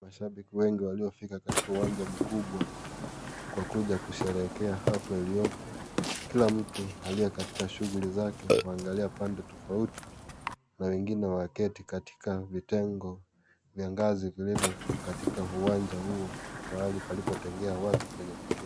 Mashabiki wengi waliofika katika uwanja mkubwa kwa kuja kusherehekea hafla iliyoko kila mtu aliye katika shughuli yake kuangalia pande tofauti na wengine waketi katika vitengo vya ngazi iliyo katika uwanja huo pahali palipo kutengea watu kuketi.